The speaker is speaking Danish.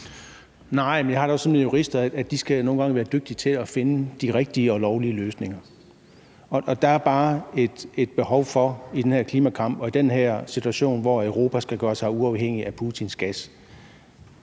Nej, men jeg har det også sådan med jurister, at de nogle gange skal være dygtige til at finde de rigtige og lovlige løsninger, og i den her klimakamp og i den her situation, hvor Europa skal gøre sig uafhængig af Putins gas,